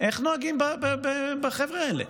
איך נוהגים בחבר'ה האלה.